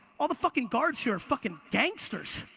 all the fucking guards here are fucking gangsters.